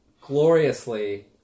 gloriously